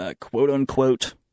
quote-unquote